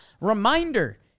Reminder